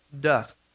dust